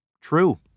True